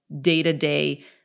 day-to-day